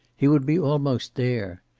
he would be almost there.